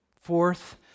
Fourth